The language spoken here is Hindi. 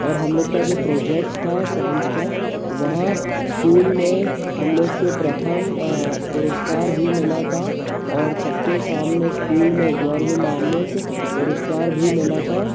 और हम लोग का जो प्रोजेक्ट था साइंस का वह इस्कूल में हम लोग को प्रथम पुरस्कार भी मिला था और सबके सामने इस्कूल में गौरवान्वित पुरुस्कार भी मिला था